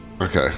Okay